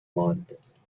ماند